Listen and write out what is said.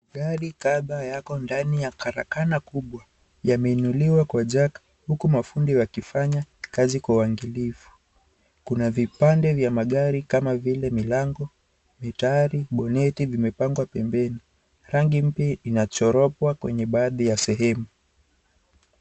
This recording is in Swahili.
Gari kadha yako ndani ya karakana kubwa, yameinuliwa kwa junk huku mafundi wakifanya kazi kwa uangalifu ,kuna vipande vya magari kama vile milango ,vitari ,guruneti vimepangwa pembeni, rangi mpya inachuroba kwenye baadhi ya sehemu.